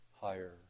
higher